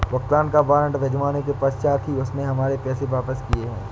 भुगतान का वारंट भिजवाने के पश्चात ही उसने हमारे पैसे वापिस किया हैं